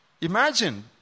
Imagine